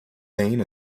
vein